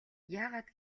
яагаад